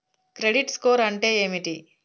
Credit score అంటే ఏమిటి?